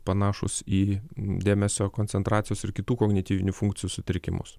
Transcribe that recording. panašūs į dėmesio koncentracijos ir kitų kognityvinių funkcijų sutrikimus